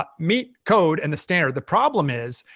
but meet code and the standard. the problem is,